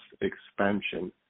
expansion